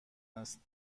است